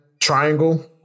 triangle